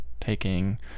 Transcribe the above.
taking